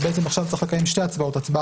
אז עכשיו צריך לקיים שתי הצבעות הצבעה